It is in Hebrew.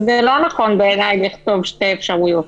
בעיניי, זה לא נכון לכתוב שתי אפשרויות.